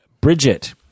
Bridget